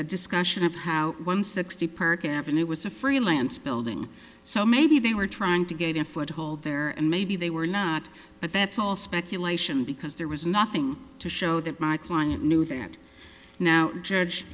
a discussion of how one sixty park avenue was a free lance building so maybe they were trying to gain a foothold there and maybe they were not but that's all speculation because there was nothing to show that my client knew that now judge